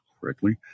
correctly